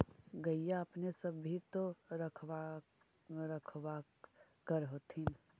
गईया अपने सब भी तो रखबा कर होत्थिन?